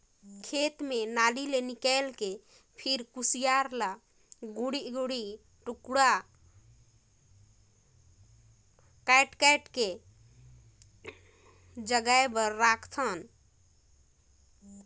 खेत म नाली ले निकायल के फिर खुसियार ल दूढ़ी दूढ़ी टुकड़ा कायट कायट के बोए बर राखथन